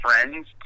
friends